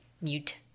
mute